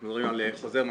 אנחנו נוציא חוזר מנכ"ל.